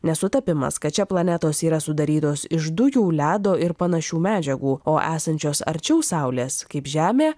ne sutapimas kad čia planetos yra sudarytos iš dujų ledo ir panašių medžiagų o esančios arčiau saulės kaip žemė